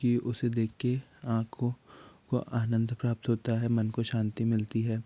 की उसे देख के आँख को वह आनंद प्राप्त होता है मन को शांति मिलती है